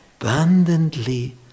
abundantly